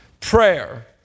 prayer